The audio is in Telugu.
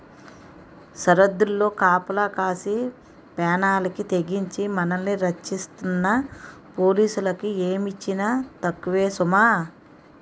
సరద్దుల్లో కాపలా కాసి పేనాలకి తెగించి మనల్ని రచ్చిస్తున్న పోలీసులకి ఏమిచ్చినా తక్కువే సుమా